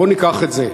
בוא ניקח את זה.